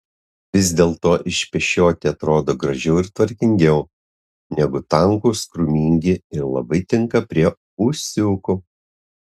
vis dėlto išpešioti atrodo gražiau ir tvarkingiau negu tankūs krūmingi ir labai tinka prie ūsiukų